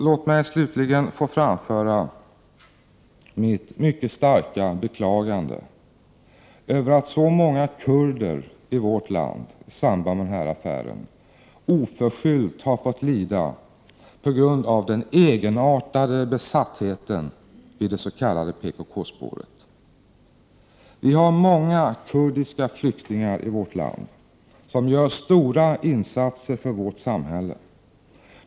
Låt mig slutligen få framföra mitt starka beklagande över att så många kurder i vårt land i samband med den här affären oförskyllt har fått lida på grund av den egenartade besattheten vid det s.k. PKK-spåret. Vi har många kurdiska flyktingar i vårt land som gör stora insatser för vårt samhälle.